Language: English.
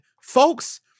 folks